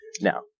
Now